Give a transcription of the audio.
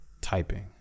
typing